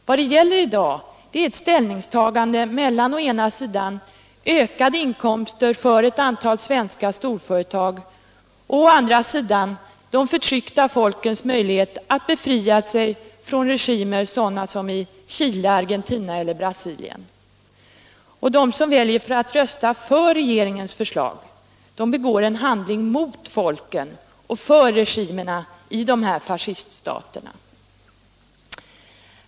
Vad det gäller i dag är ett ställningstagande mellan å ena sidan ökade inkomster för ett antal svenska storföretag och å andra sidan de förtryckta folkens möjlighet att befria sig från regimer som den i Chile, Argentina eller Brasilien. Den som väljer att rösta för regeringens förslag begår en handling mot folken och för regimerna i dessa fasciststater.